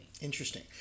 Interesting